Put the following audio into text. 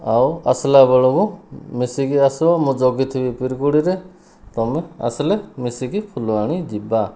ଆଉ ଆସିଲା ବେଳକୁ ମିଶିକି ଆସିବ ମୁଁ ଜଗିଥିବି ତିର୍କୁଡ଼ିରେ ତମେ ଆସିଲେ ମିଶିକି ଫୁଲବାଣୀ ଯିବା